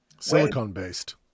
Silicon-based